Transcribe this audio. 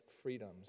freedoms